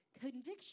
Conviction